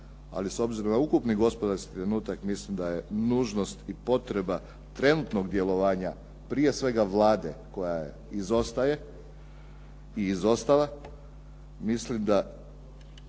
ali s obzirom na ukupni gospodarski trenutak, mislim da je nužnost i potreba trenutnog djelovanja, prije svega Vlade koja izostaje i izostala. Mislim da